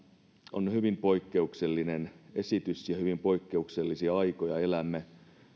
on hyvin poikkeuksellinen esitys ja hyvin poikkeuksellisia aikoja elämme